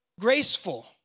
graceful